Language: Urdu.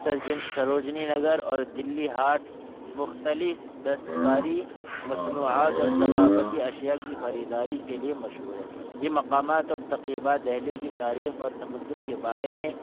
سرجن سروجنی نگر اور دلی ہاٹ مختلص دستکاری مصنوعات اور ثقافتی اشیا کی خریداری کے لیے مشہور ہے یہ مقامات اور تقریبات دہلی کی تاریخ اور تمدن کے بارے میں